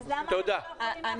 אז למה --- אני